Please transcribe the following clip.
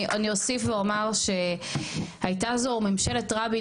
אני אוסיף ואומר שהייתה זו ממשלת רבין